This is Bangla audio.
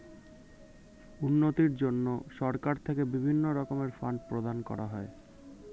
উন্নতির জন্য সরকার থেকে বিভিন্ন রকমের ফান্ড প্রদান করা হয়